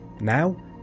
Now